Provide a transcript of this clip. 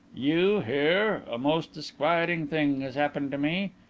you here! a most disquieting thing has happened to me.